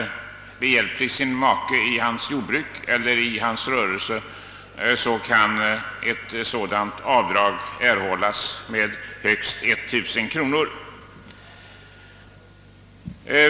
Kvinna som är sin make behjälplig i jordbruk eller annan rörelse kan erhålla sådant avdrag med högst 1000 kronor.